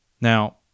Now